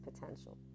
potential